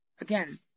again